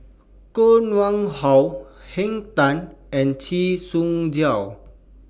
Koh Nguang How Henn Tan and Chee Soon